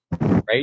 right